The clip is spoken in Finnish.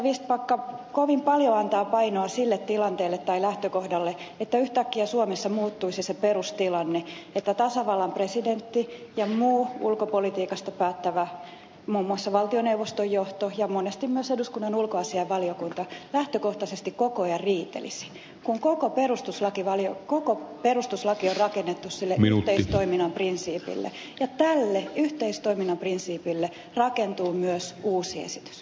vistbacka kovin paljon antaa painoa sille tilanteelle tai lähtökohdalle että yhtäkkiä suomessa muuttuisi se perustilanne että tasavallan presidentti ja muu ulkopolitiikasta päättävä muun muassa valtioneuvoston johto ja monesti myös eduskunnan ulkoasiainvaliokunta lähtökohtaisesti koko ajan riitelisivät kun koko perustuslaki on rakennettu sille yhteistoiminnan prinsiipille ja tälle yhteistoiminnan prinsiipille rakentuu myös uusi esitys